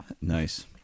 Nice